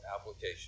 application